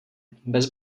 bez